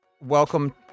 welcome